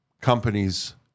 companies